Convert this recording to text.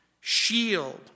shield